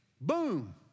Boom